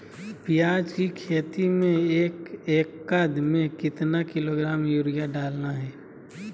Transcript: प्याज की खेती में एक एकद में कितना किलोग्राम यूरिया डालना है?